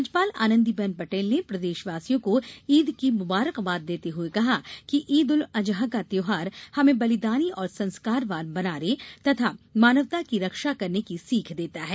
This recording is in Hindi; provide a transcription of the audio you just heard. राज्यपाल आनंदीबेन पटेल ने प्रदेशवासियों को ईद की मुबारकबाद देते हुए कहा कि ईद उल अजहा का त्यौहार हमें बलिदानी और संस्कारवान बनाने तथा मानवता की रक्षा करने की सीख देता है